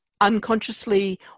unconsciously